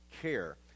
care